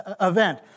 event